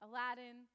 Aladdin